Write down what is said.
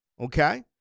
okay